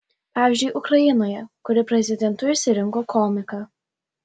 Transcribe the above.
pavyzdžiui ukrainoje kuri prezidentu išsirinko komiką